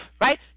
right